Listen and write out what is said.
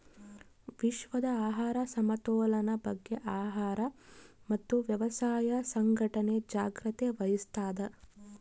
ವಿಶ್ವದ ಆಹಾರ ಸಮತೋಲನ ಬಗ್ಗೆ ಆಹಾರ ಮತ್ತು ವ್ಯವಸಾಯ ಸಂಘಟನೆ ಜಾಗ್ರತೆ ವಹಿಸ್ತಾದ